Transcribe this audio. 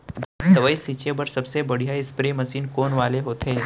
दवई छिंचे बर सबले बढ़िया स्प्रे मशीन कोन वाले होथे?